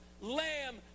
lamb